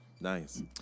Nice